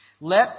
Let